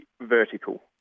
vertical